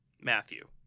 Matthew